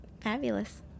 Fabulous